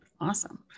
awesome